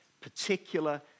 particular